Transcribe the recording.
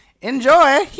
Enjoy